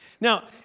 Now